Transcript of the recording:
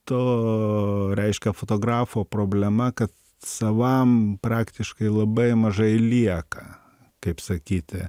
to reiškia fotografo problema kad savam praktiškai labai mažai lieka kaip sakyti